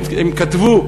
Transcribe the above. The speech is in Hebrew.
הם כתבו: